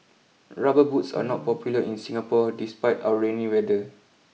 Rubber boots are not popular in Singapore despite our rainy weather